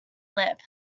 lip